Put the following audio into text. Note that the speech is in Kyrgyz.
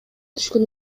түшкөн